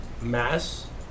mass